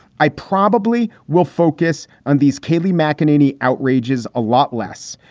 i probably will focus on these caylee mceneaney outrages a lot less,